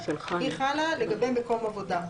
היא חלה לגבי מקום עבודה.